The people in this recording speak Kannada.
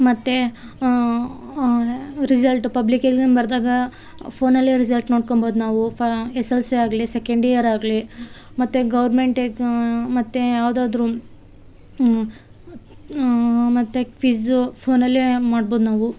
ಮತ್ತು ರಿಸಲ್ಟ್ ಪಬ್ಲಿಕ್ ಎಕ್ಸಾಮ್ ಬರೆದಾಗ ಫೋನಲ್ಲೇ ರಿಸಲ್ಟ್ ನೋಡ್ಕಬೌದು ನಾವು ಫ ಎಸ್ಸಲ್ಸಿ ಆಗಲಿ ಸೆಕೆಂಡಿಯರ್ ಆಗಲಿ ಮತ್ತು ಗೌರ್ಮೆಂಟ್ ಎಗ್ ಮತ್ತು ಯಾವುದಾದ್ರು ಕ್ವಿಜ್ಜು ಫೋನಲ್ಲೇ ಮಾಡ್ಬೌದು ನಾವು